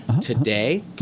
Today